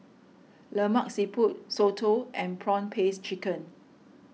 Lemak Siput Soto and Prawn Paste Chicken